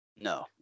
No